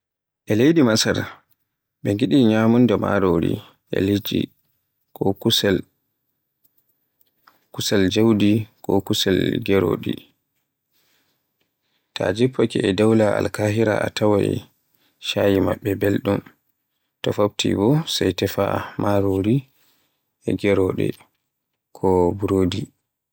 E leydi Masar ɓe ngiɗi nyamunda marori e liɗɗi ko kusel jawdi ko geroɗe. Ta jiffake e dowla Alkahira a tawan chaay maɓɓe belɗum, to fofti bo sai tefa marori e geroɗe ko burodi.